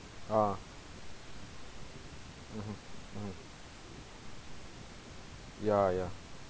ah mmhmm mmhmm ya ya